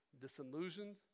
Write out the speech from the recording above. disillusioned